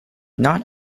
not